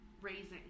raising